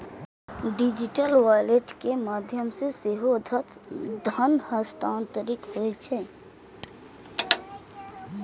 digital wallet के माध्यम सं सेहो धन हस्तांतरित होइ छै